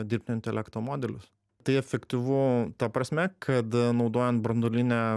dirbtinio intelekto modelius tai efektyvu ta prasme kad naudojant branduolinę